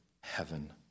heaven